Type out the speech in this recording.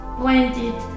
blended